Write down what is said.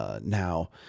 now